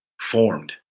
formed